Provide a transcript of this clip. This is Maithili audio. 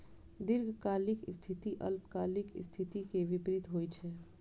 दीर्घकालिक स्थिति अल्पकालिक स्थिति के विपरीत होइ छै